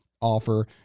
offer